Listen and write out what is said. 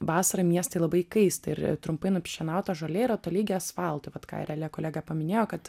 vasarą miestai labai įkaista ir trumpai nušienauta žolė yra tolygi asfaltui vat ką ir elė kolegė paminėjo kad